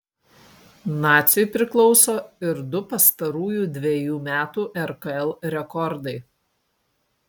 naciui priklauso ir du pastarųjų dvejų metų rkl rekordai